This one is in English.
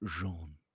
Jean